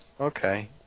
Okay